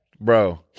Bro